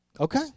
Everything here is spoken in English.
Okay